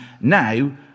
now